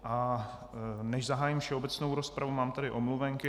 A než zahájím všeobecnou rozpravu, mám tady omluvenky.